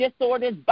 disorders